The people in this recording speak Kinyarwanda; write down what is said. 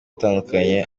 atandukanye